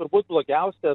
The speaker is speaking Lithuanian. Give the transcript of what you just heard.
turbūt blogiausias